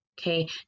okay